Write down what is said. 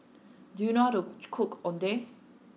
do you know how to cook Oden